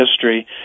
history